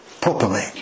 properly